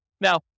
Now